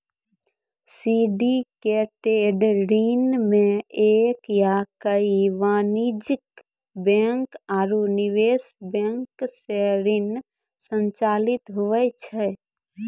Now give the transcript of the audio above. syndicated ऋण मे एक या कई वाणिज्यिक बैंक आरू निवेश बैंक सं ऋण संचालित हुवै छै